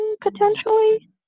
potentially